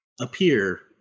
appear